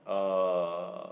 uh